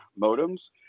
modems